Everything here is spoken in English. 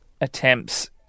attempts